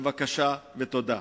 בבקשה ותודה.